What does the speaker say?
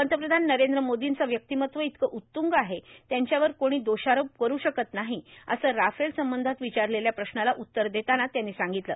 पंतप्रधान नरेंद्र मोदींचं व्यक्तिमत्व इतकं उत्तुंग आहे त्यांच्यावर कोणी दोषारोप करू शकत नाही असं राफेल संबंधात विचारलेल्या प्रश्नाला उत्तर देताना त्यांनी सांगितलं